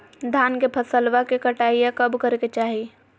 धान के फसलवा के कटाईया कब करे के चाही?